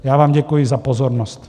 Já vám děkuji za pozornost.